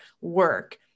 work